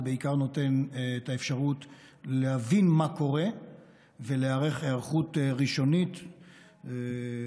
זה בעיקר נותן את האפשרות להבין מה קורה ולהיערך היערכות ראשונית אליה.